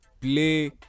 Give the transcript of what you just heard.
play